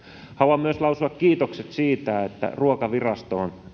haluan myös lausua kiitokset siitä että ruokaviraston